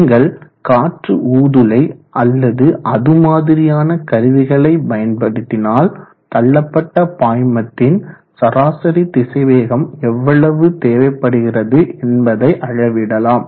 நீங்கள் காற்று ஊதுலை அல்லது அது மாதிரியான கருவிகளை பயன்படுத்தினால் தள்ளப்பட்ட பாய்மத்தின் சராசரி திசைவேகம் எவ்வளவு தேவைப்படுகிறது என்பதை அளவிடலாம்